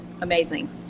amazing